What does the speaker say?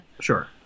sure